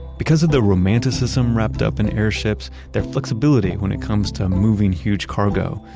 because of the romanticism wrapped up in airships, their flexibility when it comes to moving huge cargo,